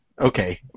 Okay